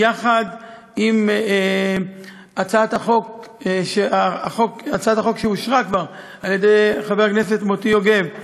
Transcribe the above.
יחד עם הצעת החוק של חבר הכנסת מוטי יוגב,